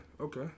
okay